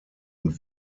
und